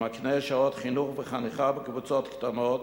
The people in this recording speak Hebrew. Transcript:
המקנה שעות חינוך וחניכה בקבוצות קטנות,